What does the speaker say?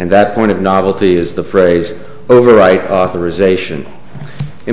and that point of novelty is the phrase over right authorization in